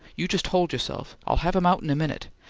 you just hold yourself. i'll have him out in a minute.